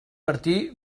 martí